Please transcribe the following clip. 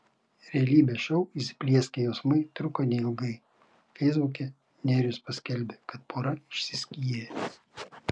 realybės šou įsiplieskę jausmai truko neilgai feisbuke nerijus paskelbė kad pora išsiskyrė